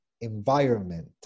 environment